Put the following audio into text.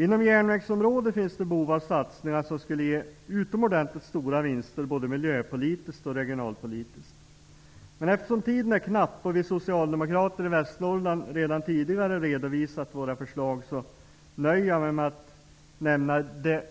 Inom järnvägsområdet finns det behov av satsningar som skulle ge utomordentligt stora vinster både miljöpolitiskt och regionalpolitiskt. Men eftersom tiden är knapp och vi socialdemokrater i Västernorrland redan tidigare redovisat våra förslag, nöjer jag mig med att nämna det